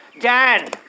Dan